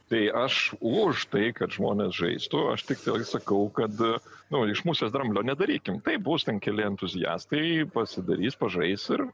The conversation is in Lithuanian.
tai aš už tai kad žmonės žaistų aš tiktai sakau kad nu iš musės dramblio nedarykim taip bus ten keli entuziastai pasidarys pažais ir